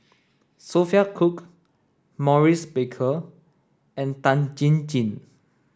Sophia Cooke Maurice Baker and Tan Chin Chin